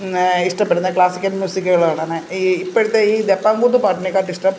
ഇഷ്ടപ്പെടുന്നത് ക്ലാസിക്കൽ മ്യൂസിക്കുകളോടാണ് ഈ ഇപ്പോഴത്തെ ഈ ഡപ്പാംകൂത്ത് പാട്ടിനേകാട്ടിലും ഇഷ്ടം